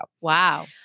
Wow